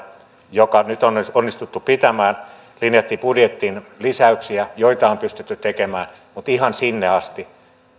joka nyt on onnistuttu pitämään linjattiin budjettiin lisäyksiä joita on pystytty tekemään mutta ihan sinne asti